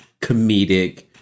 comedic